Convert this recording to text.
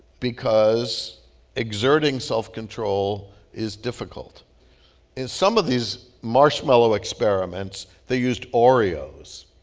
because exerting self-control is difficult in some of these marshmallow experiments, they used oreos.